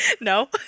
No